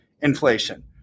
inflation